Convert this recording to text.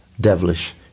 devilish